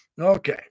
Okay